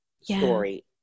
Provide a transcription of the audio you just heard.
story